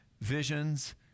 visions